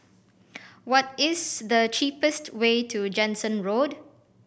what is the cheapest way to Jansen Road